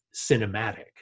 cinematic